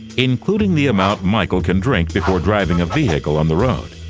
including the amount michael can drink before driving a vehicle on the road.